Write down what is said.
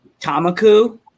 Tamaku